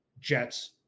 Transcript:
jets